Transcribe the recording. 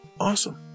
Awesome